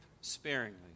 sparingly